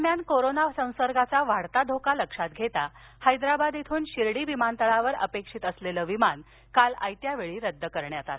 दरम्यान कोरोनाचा संसर्गाचा वाढता धोका लक्षात घेता हैद्राबाद इथून शिर्डी विमानतळावर अपेक्षित असलेलं विमान काल आयत्या वेळी रद्द करण्यात आलं